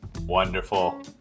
Wonderful